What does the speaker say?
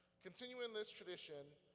continuing this tradition,